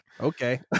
Okay